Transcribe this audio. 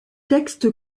texte